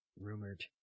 rumored